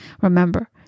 Remember